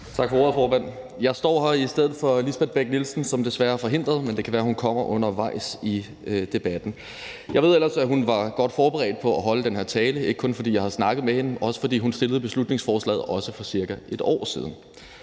tak for ordet, formand. Jeg står her i stedet for Lisbeth Bech-Nielsen, som desværre er forhindret, men det kan være, hun kommer undervejs i debatten. Jeg ved ellers, at hun var godt forberedt på at holde den her tale. Det ved jeg ikke kun, fordi jeg har snakket med hende, men også, fordi hun også stillede beslutningsforslaget for cirka et år siden.